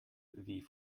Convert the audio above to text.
wie